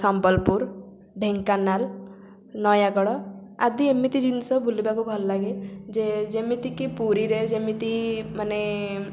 ସମ୍ବଲପୁର ଢେଙ୍କାନାଳ ନୟାଗଡ଼ ଆଦି ଏମିତି ଜିନିଷ ବୁଲିବାକୁ ଭଲ ଲାଗେ ଯେ ଯେମିତିକି ପୁରୀରେ ଯେମିତି ମାନେ